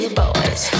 boys